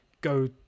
go